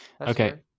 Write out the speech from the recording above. Okay